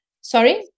Sorry